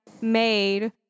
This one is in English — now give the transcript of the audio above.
made